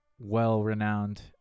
well-renowned